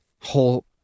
whole